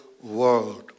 world